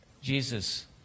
Jesus